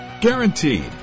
Guaranteed